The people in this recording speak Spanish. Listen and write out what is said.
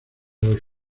los